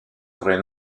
vrai